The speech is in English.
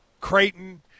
Creighton